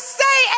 say